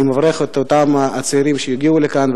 אני מברך את אותם צעירים שהגיעו לכאן,